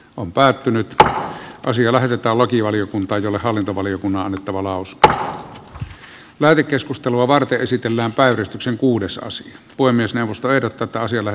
on päättynyt että asia laiteta lakivaliokunta jolle hallintovaliokunnan otavalausta lähetekeskustelua varten esitellään päivystyksen kuudessa se voi myös neuvosto ehdottaa tähän sillä